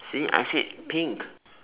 see I said pink